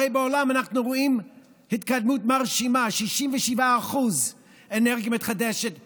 הרי בעולם אנחנו רואים התמקדות מרשימה: 67% אנרגיה מתחדשת בדנמרק,